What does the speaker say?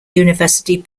university